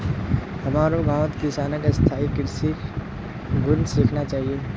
हमारो गांउत किसानक स्थायी कृषिर गुन सीखना चाहिए